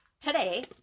today